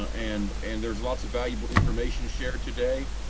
and and there's lots of valuable information shared today.